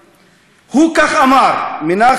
כך הוא אמר, מנחם בגין,